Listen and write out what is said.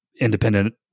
independent